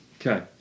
Okay